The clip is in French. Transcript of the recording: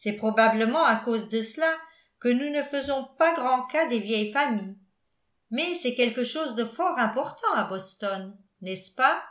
c'est probablement à cause de cela que nous ne faisons pas grand cas des vieilles familles mais c'est quelque chose de fort important à boston n'est-ce pas